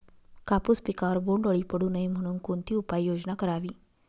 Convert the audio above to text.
कापूस पिकावर बोंडअळी पडू नये म्हणून कोणती उपाययोजना करावी?